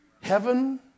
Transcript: Heaven